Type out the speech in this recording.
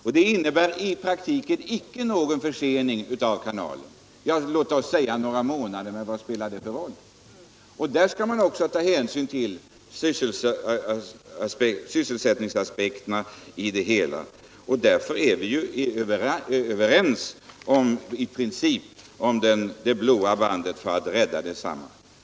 Och det innebär i praktiken icke någon längre försening av kanalens upprustning än några månader. Vad spelar det för roll? Här skall man också ta hänsyn till sysselsättningsaspekterna. Vi är sålunda i princip överens om att det blå bandet skall räddas.